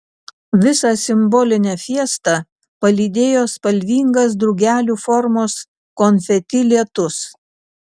visą simbolinę fiestą palydėjo spalvingas drugelių formos konfeti lietus